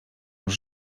już